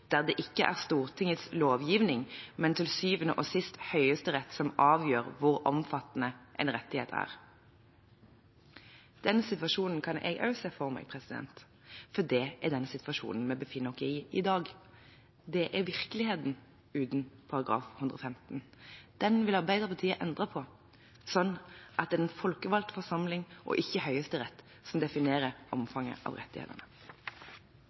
der det ikke er Stortingets lovgivning, men til syvende og sist Høyesterett som avgjør hvor omfattende rettigheten er.» Den situasjonen kan jeg også se for meg, for det er den situasjonen vi befinner oss i i dag. Det er virkeligheten uten § 115. Den vil Arbeiderpartiet endre på, slik at det er den folkevalgte forsamling og ikke Høyesterett som definerer omfanget av rettighetene.